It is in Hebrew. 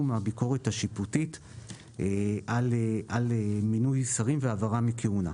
הביקורת השיפוטית על מינוי שרים והעברה מכהונה.